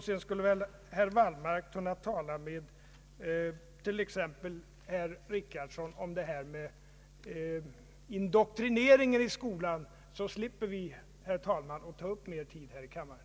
Sedan skulle väl herr Wallmark kunna tala med exempelvis herr Richardson om indoktrineringen i skolan, så slipper vi, herr talman, att ta upp mer tid i kammaren.